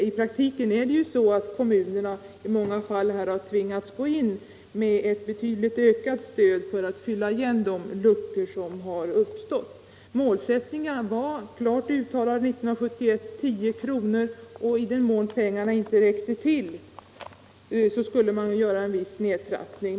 I praktiken har ju många kommuner tvingats gå in med ett betydligt ökat stöd för att fylla igen de luckor som har uppstått. Målsättningen var klart uttalad 1971: 10 kr.. och i den mån pengarna inte räckte till skulle det ske en viss nedtrappning.